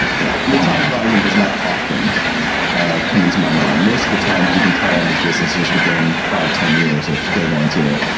yeah, the time horizon does not often ah come into my mind. most of the times you can tell on these businesses within five, ten years if they're going to